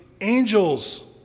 angels